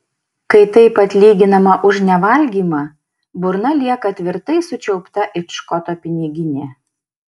kai taip atlyginama už nevalgymą burna lieka tvirtai sučiaupta it škoto piniginė